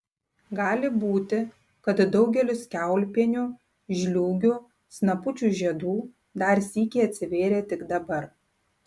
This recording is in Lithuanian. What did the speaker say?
gali būti kad daugelis kiaulpienių žliūgių snapučių žiedų dar sykį atsivėrė tik dabar